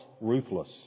ruthless